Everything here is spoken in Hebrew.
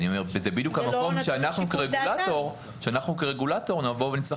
זה בדיוק המקום שאנחנו כרגולטור נצטרך